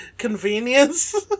Convenience